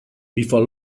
before